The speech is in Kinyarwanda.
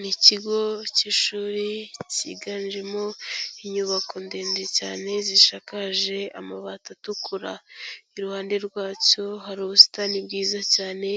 Ni ikigo cy'ishuri cyiganjemo inyubako ndende cyane zishakaje amabati atukura. Iruhande rwacyo hari ubusitani bwiza cyane